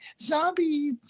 zombie